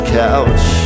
couch